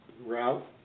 Route